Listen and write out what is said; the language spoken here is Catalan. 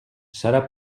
serà